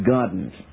Gardens